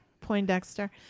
Poindexter